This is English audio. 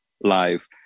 life